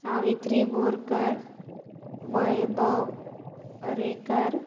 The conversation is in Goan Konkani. सावित्री बोरकर वैभव अरेकर